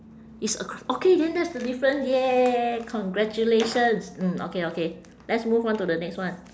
it's ac~ okay then that's the difference !yay! congratulations mm okay okay let's move on to the next one